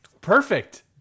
perfect